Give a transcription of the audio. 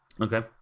Okay